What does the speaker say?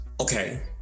Okay